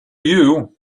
you